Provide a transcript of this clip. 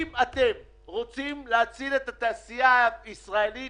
אם אתם רוצים להציל את התעשייה הישראלית